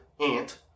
ant